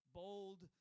bold